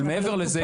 אבל מעבר לזה